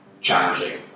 challenging